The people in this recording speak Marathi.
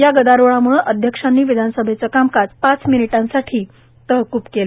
या गदारोळामुळे अध्यक्षांनी विधानसभेचं कामकाज पाच मिनीटांसाठी तहकुब केलं